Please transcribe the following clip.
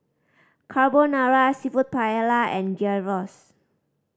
Carbonara Seafood Paella and Gyros